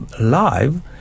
live